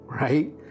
right